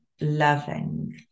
loving